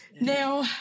Now